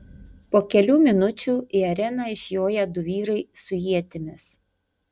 po kelių minučių į areną išjoja du vyrai su ietimis